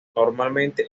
normalmente